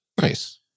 Nice